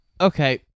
Okay